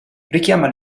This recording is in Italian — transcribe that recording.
richiama